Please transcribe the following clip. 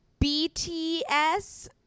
BTS